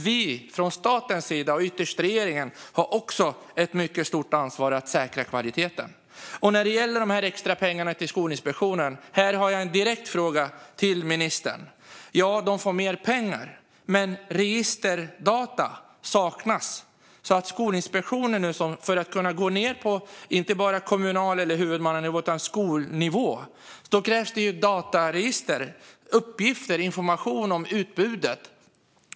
Vi från statens sida, och ytterst regeringen, har också ett mycket stort ansvar för att säkra kvaliteten. När det gäller de extra pengarna till Skolinspektionen har jag en direkt fråga till ministern. Ja, de får mer pengar. Men registerdata saknas, och för att Skolinspektionen ska kunna gå ned inte bara på kommunal nivå eller huvudmannanivå utan på skolnivå krävs dataregister, uppgifter och information om utbudet.